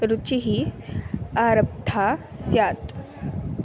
रुचिः आरब्धा स्यात्